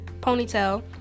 ponytail